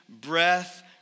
breath